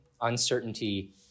Uncertainty